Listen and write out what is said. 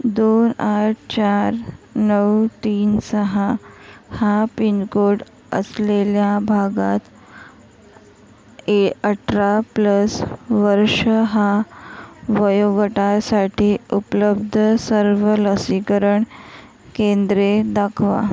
दोन आठ चार नऊ तीन सहा हा पिनकोड असलेल्या भागात ए अठरा प्लस वर्ष हा वयोगटासाठी उपलब्ध सर्व लसीकरण केंद्रे दाखवा